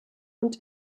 und